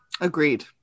Agreed